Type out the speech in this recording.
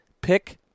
pick